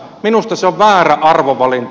minusta se on väärä arvovalinta